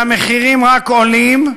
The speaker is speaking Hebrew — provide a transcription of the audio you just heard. והמחירים רק עולים,